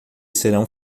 serão